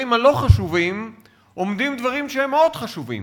הלא-חשובים עומדים דברים שהם מאוד חשובים